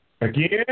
again